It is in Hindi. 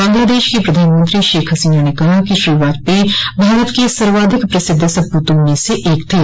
बंगलादेश की प्रधानमंत्री शेख हसीना ने कहा कि श्री वाजपेयी भारत के सर्वाधिक प्रसिद्ध सपूतों में से एक थे